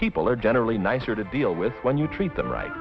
people are generally nicer to deal with when you treat them right